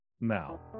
now